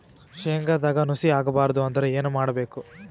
ಶೇಂಗದಾಗ ನುಸಿ ಆಗಬಾರದು ಅಂದ್ರ ಏನು ಮಾಡಬೇಕು?